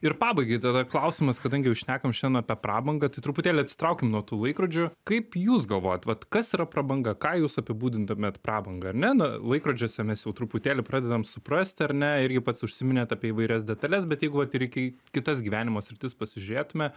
ir pabaigai tada klausimas kadangi jau šnekam šiandien apie prabangą tai truputėlį atsitraukim nuo tų laikrodžių kaip jūs galvojat vat kas yra prabanga ką jūs apibūdintumėt prabanga ar ne na laikrodžiuose mes jau truputėlį pradedame suprasti ar ne irgi pats užsiminėt apie įvairias detales bet jeigu vat ir iki kitas gyvenimo sritis pasižiūrėtume